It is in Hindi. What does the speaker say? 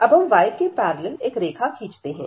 अब हम y के पैरेलल एक रेखा खींचते हैं